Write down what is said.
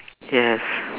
yes